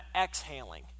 exhaling